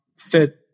fit